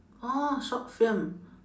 orh short film